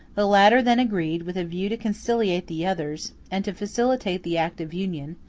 the latter then agreed, with a view to conciliate the others, and to facilitate the act of union,